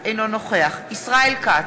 אינו נוכח ישראל כץ,